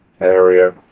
area